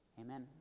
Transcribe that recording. amen